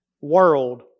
world